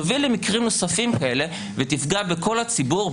תוביל למקרים נוספים כאלה ותפגע בכל הציבור,